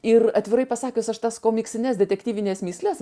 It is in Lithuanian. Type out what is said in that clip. ir atvirai pasakius aš tas komiksines detektyvines mįsles